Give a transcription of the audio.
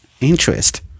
interest